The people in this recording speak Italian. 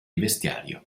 vestiario